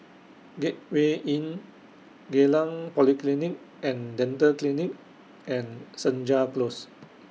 Gateway Inn Geylang Polyclinic and Dental Clinic and Senja Close